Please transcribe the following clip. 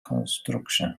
construction